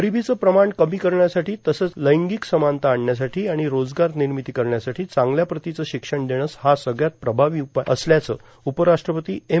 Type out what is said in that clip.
गरिबिचं प्रमाण कमी करण्यासाठी तसंच लैंगिक समानता आणण्यासाठी आणि रोजगार निर्मिती करण्यासाठी चांगल्या प्रतीचं शिक्षण देणं हा सगळयात प्रभावी उपाय असल्याचं उपराष्ट्रपती एम